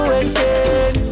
again